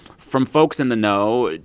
from folks in the know,